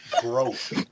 Gross